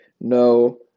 No